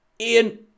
Ian